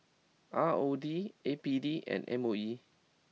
R O D A P D and M O E